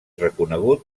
reconegut